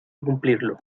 cumplirlo